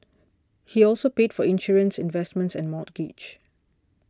he also pays for insurance investments and mortgage